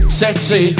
sexy